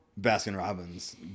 Baskin-Robbins